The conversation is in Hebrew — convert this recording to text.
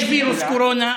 יש וירוס קורונה,